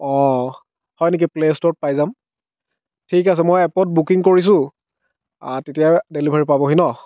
অঁ হয় নেকি প্লে' ষ্টৰত পায় যাম ঠিক আছে মই এপত বুকিং কৰিছোঁ তেতিয়া ডেলিভাৰি পাবহি ন